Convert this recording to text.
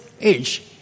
age